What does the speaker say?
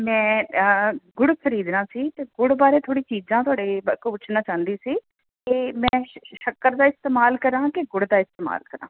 ਮੈਂ ਗੁੜ ਖਰੀਦਣਾ ਸੀ ਤੇ ਗੁੜ ਬਾਰੇ ਥੋੜੀ ਚੀਜ਼ਾਂ ਤੁਹਾਡੇ ਕੋ ਪੁੱਛਣਾ ਚਾਹੁੰਦੀ ਸੀ ਕਿ ਮੈਂ ਸ਼ੱਕਰ ਦਾ ਇਸਤੇਮਾਲ ਕਰਾਂ ਕਿ ਗੁੜ ਦਾ ਇਸਤੇਮਾਲ ਕਰਾਂ